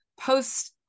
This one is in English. post